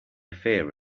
fear